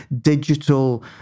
digital